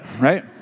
Right